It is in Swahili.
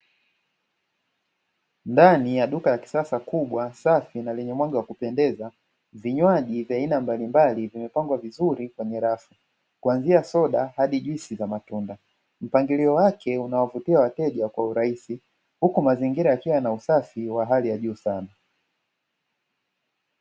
Ndani ya duka la kisasa kubwa safi na lenye mwanga wa kupendeza, vinywaji vya aina mbalimbali vimapengwa vizuri kwenye rafu, kuanzia soda hadi juisi za matunda. Mpangilio wake unawavutia wateja kwa urahisi, huku mazingira yakiwa na usafi wa hali ya juu sana.